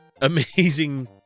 amazing